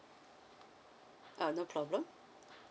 uh no problem